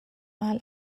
mal